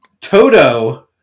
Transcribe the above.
Toto